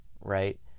right